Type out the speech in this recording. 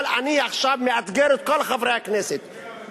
אבל אני עכשיו מאתגר את כל חברי הכנסת,